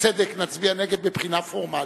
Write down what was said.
בצדק נצביע נגד, מבחינה פורמלית,